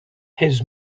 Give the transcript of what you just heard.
his